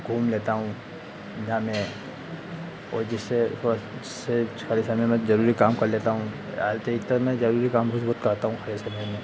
घूम लेता हूँ जहाँ मैं ओ जिससे से खाली समय में जरुरी काम कर लेता हूँ आज तैतर में जरुरी काम करता हूँ खाली समय में